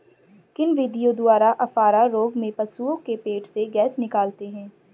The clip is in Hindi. किन विधियों द्वारा अफारा रोग में पशुओं के पेट से गैस निकालते हैं?